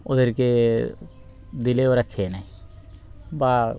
ওদেরকে দিলে ওরা খেয়ে নেই বা